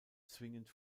zwingend